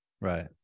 Right